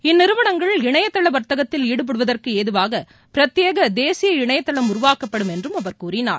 இந்நிறுவனங்கள் இணையதள வர்த்தகத்தில் ஈடுபடுவதற்கு ஏதுவாக பிரத்யேக தேசிய இணையதளம் உருவாக்கப்படும் என்றும் அவர் கூறினார்